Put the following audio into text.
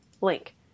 link